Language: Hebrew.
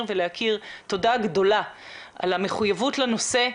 ולהוקיר תודה גדולה על המחויבות לנושא.